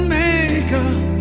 makeup